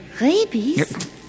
Rabies